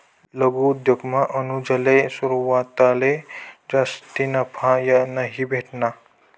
लघु उद्योगमा अनुजले सुरवातले जास्ती नफा नयी भेटना